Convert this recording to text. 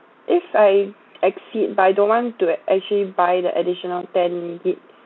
if I exceed but I don't want to actually buy the additional ten gig~